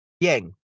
bien